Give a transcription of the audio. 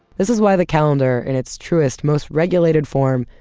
this is why the calendar, in its truest, most regulated form,